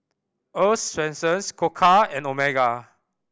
Earl's Swensens Koka and Omega